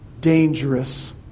dangerous